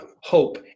hope